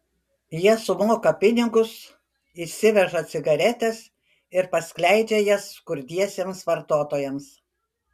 jie sumoka pinigus išsiveža cigaretes ir paskleidžia jas skurdiesiems vartotojams